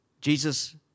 Jesus